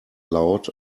loud